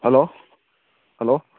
hello hello